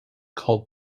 called